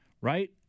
right